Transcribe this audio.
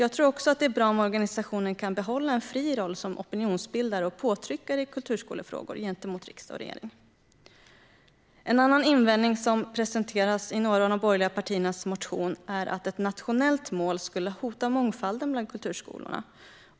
Jag tror också att det är bra att organisationen kan behålla en fri roll som opinionsbildare och påtryckare i kulturskolefrågor gentemot riksdag och regering. En annan invändning som presenteras i några av de borgerliga partiernas motion är att ett nationellt mål skulle hota mångfalden bland kulturskolorna.